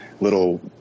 little